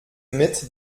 mit